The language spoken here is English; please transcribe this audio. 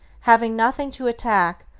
having nothing to attack,